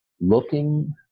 looking